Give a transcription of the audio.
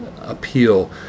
appeal